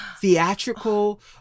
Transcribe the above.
theatrical